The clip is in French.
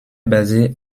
basé